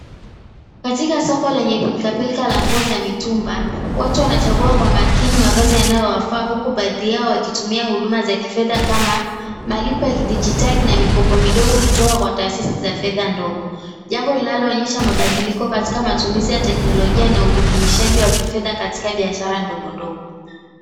Katika soko lenye pilikapilika na nguo za mitumba, watu wanachagua kwa makini mavazi yanayowafaa huku baadhi yao wakitumia huduma za kifedha kama malipo ya kidijitali na mikopo midogo kutoka kwa taasisi za fedha ndogo. Jambo linaloonyesha mabadiliko katika matumizi ya teknolojia na ujumuishaji wa kifedha katika biashara ndogondogo.